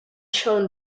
shown